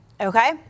okay